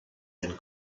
than